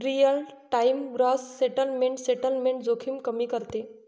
real time gross settlement settlement जोखीम कमी करते